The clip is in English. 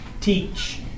teach